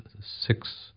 six